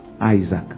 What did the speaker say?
Isaac